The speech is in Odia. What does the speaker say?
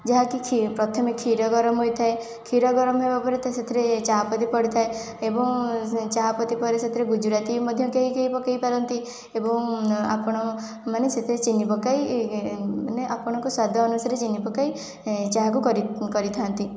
ଯାହାକି ପ୍ରଥମେ କ୍ଷୀର ଗରମ ହୋଇଥାଏ କ୍ଷୀର ଗରମ ହେବାପରେ ସେଥିରେ ଚାହା ପତି ପଡ଼ିଥାଏ ଏବଂ ଚାହାପତି ପରେ ସେଥିରେ ଗୁଜୁରାତି ବି ମଧ୍ୟ କେହି କେହି ପକେଇପାରନ୍ତି ଏବଂ ଆପଣମାନେ ସେଥିରେ ଚିନି ପକାଇ ମାନେ ଆପଣଙ୍କୁ ସ୍ଵାଦ ଅନୁସାରେ ଚିନି ପକାଇ ଚାହାକୁ କରି କରିଥାନ୍ତି